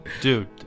dude